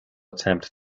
attempt